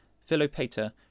Philopater